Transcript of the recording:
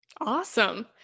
Awesome